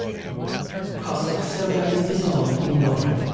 caustic soda is dissolved in water.